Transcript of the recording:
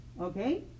Okay